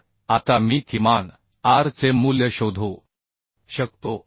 तर आता मी किमान r चे मूल्य शोधू शकतो